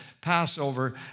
Passover